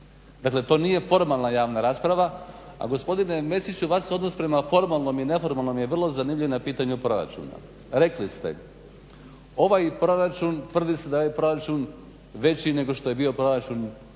Dakle to nije formalna javna rasprava, a gospodine Mesiću vaš odnos prema formalnom i neformalnom je vrlo zanimljiv na pitanju proračuna. Rekli ste, tvrdi se da je ovaj proračun veći nego što je bio proračun